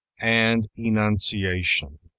and enunciation.